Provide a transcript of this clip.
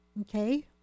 Okay